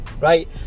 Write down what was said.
Right